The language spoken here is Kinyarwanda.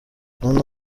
nana